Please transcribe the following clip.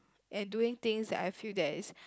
and doing things that I feel that is